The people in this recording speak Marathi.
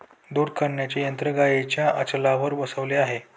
दूध काढण्याचे यंत्र गाईंच्या आचळावर बसवलेले आहे